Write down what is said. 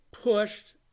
pushed